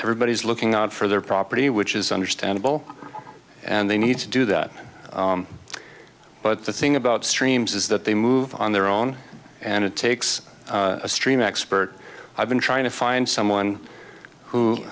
everybody's looking out for their property which is understandable and they need to do that but the thing about streams is that they move on their own and it takes a stream expert i've been trying to find someone who